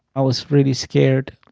i was really scared.